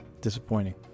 disappointing